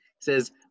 says